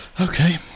Okay